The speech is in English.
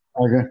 Okay